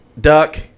duck